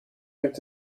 gibt